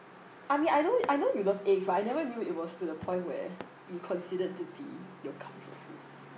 I mean I know I know you love eggs but I never knew it was to the point where you consider it to be your comfort food